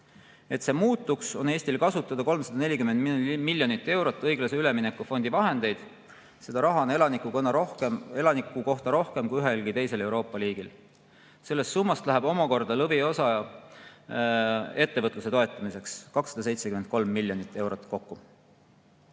Et see muutuks, on Eestil kasutada 340 miljonit eurot õiglase ülemineku fondi vahendeid. Seda raha on elaniku kohta rohkem kui ühelgi teisel Euroopa riigil. Sellest summast läheb omakorda lõviosa, kokku 273 miljonit eurot,